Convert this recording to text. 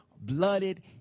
blooded